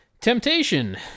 Temptation